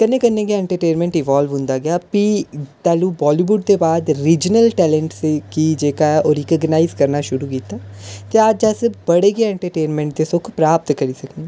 कन्नै कन्नै गै एंटरटेनमैंट इवॉल्व होंदा गेआ फ्ही वॉलीबुड दे बाद रीजनल टेलैंट गी ओह् रीकोगनाईज़ करना शुरू कीता ते केह् आखचै अस की बड़े गै एंटरटेनमैंट दे सुख प्राप्त करी सकने